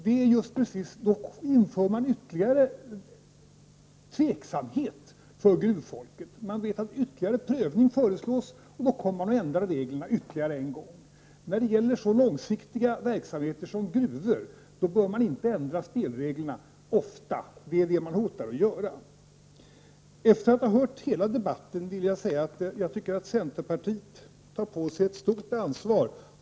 Då inför man ytterligare tveksamhet för gruvfolket. Man vet att ytterligare prövning föreslås, och då kommer reglerna att ändras ännu en gång. När det gäller så långsiktiga verksamheter som gruvor bör man inte ändra spelreglerna ofta. Det hotar man att göra. Efter att ha hört hela debatten vill jag säga att jag tycker att centerpartiet tar på sig ett stort ansvar.